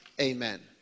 Amen